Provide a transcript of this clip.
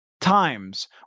Times